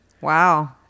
Wow